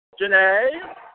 Janae